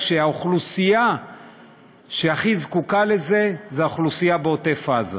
כשהאוכלוסייה שהכי זקוקה לזה זו האוכלוסייה בעוטף-עזה.